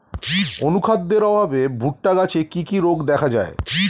অনুখাদ্যের অভাবে ভুট্টা গাছে কি কি রোগ দেখা যায়?